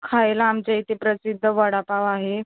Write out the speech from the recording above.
खायला आमच्या इथे प्रसिद्ध वडापाव आहे